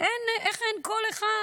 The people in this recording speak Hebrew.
איך אין קול אחד,